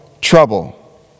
trouble